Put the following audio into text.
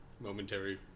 momentary